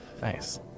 Nice